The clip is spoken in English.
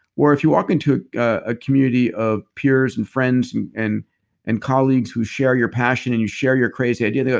where, if you walk into a ah community of peers and friends and and and colleagues who share your passion and you share your crazy idea, they go,